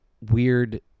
weird